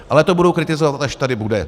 Ale to budu kritizovat, až tady bude.